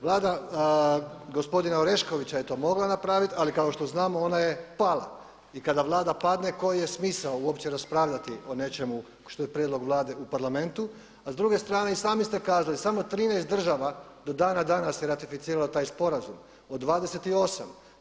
Vlada gospodina Oreškovića je to mogla napraviti ali kao što znamo ona je pala i kada Vlada padne koji je smisao uopće raspravljati o nečemu što je prijedlog Vlade u Parlamentu a s druge strane i sami ste kazali samo je 13 država do dana danas je ratificiralo taj sporazum od 28.